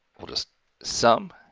we'll just sum,